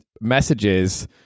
messages